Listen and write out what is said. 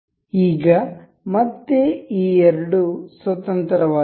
ಈಗ ಮತ್ತೆ ಈ ಎರಡೂ ಸ್ವತಂತ್ರವಾಗಿವೆ